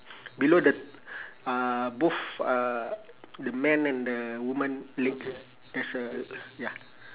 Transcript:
below the uh both uh the man and the woman leg there's a ya